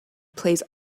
plays